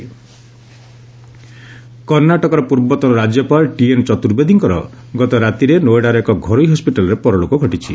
TN Chaturvedi died କର୍ଷ୍ଣାଟକର ପୂର୍ବତନ ରାଜ୍ୟପାଳ ଟିଏନ୍ ଚତୁର୍ବେଦୀଙ୍କର ଗତରାତିରେ ନୋଏଡାର ଏକ ଘରୋଇ ହସ୍କିଟାଲ୍ରେ ପରଲୋକ ଘଟିଛି